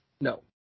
No